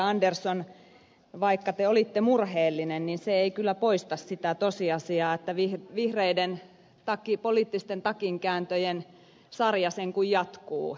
andersson vaikka te olitte murheellinen niin se ei kyllä poista sitä tosiasiaa että vihreiden poliittisten takinkääntöjen sarja sen kun jatkuu